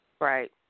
Right